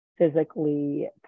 physically